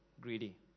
greedy